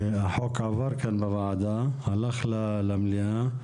החוק עבר כאן בוועדה, עבר למליאה,